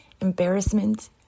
embarrassment